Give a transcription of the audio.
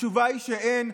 התשובה היא שאין.